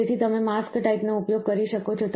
તેથી તમે mask type નો ઉપયોગ કરી શકો છો